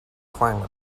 climate